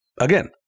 Again